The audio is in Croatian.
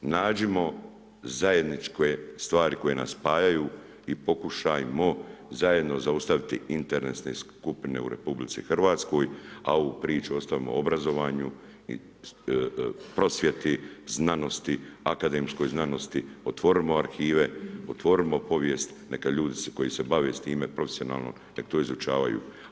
Nađimo zajedničke stvari koje nas spajaju i pokušajmo zajedno zaustaviti interesne skupine u RH a ovu priču ostavimo obrazovanju i prosvjeti, znanosti, akademskoj znanosti, otvorimo arhive, otvorimo povijest neka ljudi koji se bave s time profesionalno neka to izučavaju.